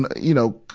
you know,